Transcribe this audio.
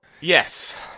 Yes